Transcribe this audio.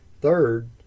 Third